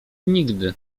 nigdy